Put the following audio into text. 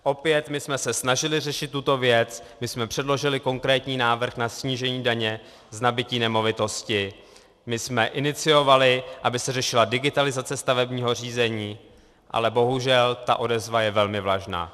Opět my jsme se snažili řešit tuto věc, my jsme předložili konkrétní návrh na snížení daně z nabytí nemovitosti, my jsme iniciovali, aby se řešila digitalizace stavebního řízení, ale bohužel ta odezva je velmi vlažná.